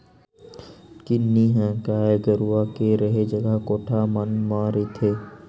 किन्नी ह गाय गरुवा के रेहे जगा कोठा मन म रहिथे